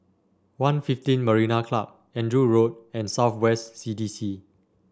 One fifteen Marina Club Andrew Road and South West C D C